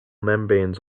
membranes